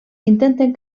intenten